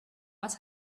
was